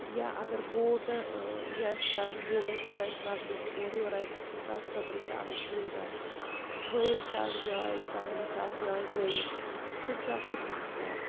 یا اگر بوٹہٕ یہِ آسہِ کَرُن بوٹَس منٛز آسہِ نَژُن اورٕ یورٕ آسہِ گَژھُن تَتھ خٲطرٕ چھِ اَلَگ سُویدَہ وٲیِل چھِ اَکھ جاے کَنٛگنہٕ چھِ اَکھ جاے وٲیِل سُہ تہِ چھُ اَکھ پِکنِک سٕپاٹ